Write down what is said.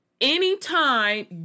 anytime